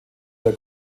der